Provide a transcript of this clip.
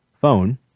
phone